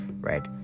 right